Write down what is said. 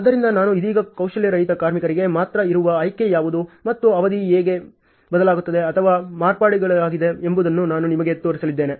ಆದ್ದರಿಂದ ನಾನು ಇದೀಗ ಕೌಶಲ್ಯರಹಿತ ಕಾರ್ಮಿಕರಿಗೆ ಮಾತ್ರ ಇರುವ ಆಯ್ಕೆ ಯಾವುದು ಮತ್ತು ಅವಧಿ ಹೇಗೆ ಬದಲಾಗುತ್ತಿದೆ ಅಥವಾ ಮಾರ್ಪಡಿಸಲಾಗಿದೆ ಎಂಬುದನ್ನು ನಾನು ನಿಮಗೆ ತೋರಿಸಲಿದ್ದೇನೆ